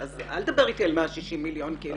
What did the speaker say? אל תדבר אתי על 160 מיליון שקלים כאילו